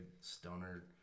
stoner